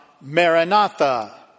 Maranatha